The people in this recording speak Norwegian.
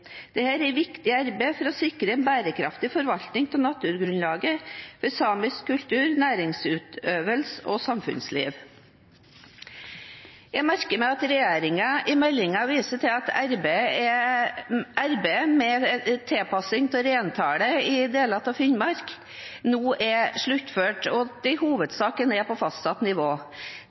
er et viktig arbeid for å sikre en bærekraftig forvaltning av naturgrunnlaget for samisk kultur, næringsutøvelse og samfunnsliv. Jeg merker meg at regjeringen i meldingen viser til at arbeidet med tilpassing av reintallet i deler av Finnmark nå er sluttført, og at reintallet i hovedsak er nede på fastsatt nivå.